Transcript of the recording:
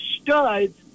studs